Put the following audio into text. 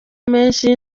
menshi